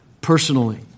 personally